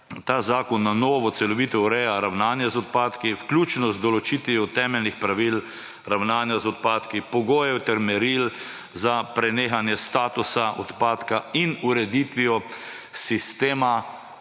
ta zakon na novo celovito ureja ravnanje z odpadki, vključno z določitvijo temeljnih pravil ravnanja z odpadki, pogojev ter meril za prenehanje statusa odpadka in z ureditvijo sistema